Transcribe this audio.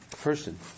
Person